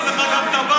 שיפצנו לך גם את הבית.